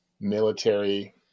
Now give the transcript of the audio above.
military